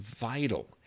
vital